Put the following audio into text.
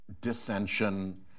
dissension